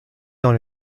dans